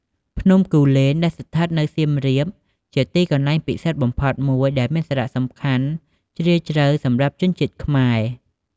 ភ្នំគូលែន ដែលស្ថិតនៅសៀមរាប ជាទីកន្លែងពិសិដ្ឋបំផុតមួយដែលមានសារៈសំខាន់ជ្រាលជ្រៅសម្រាប់ជនជាតិខ្មែរ។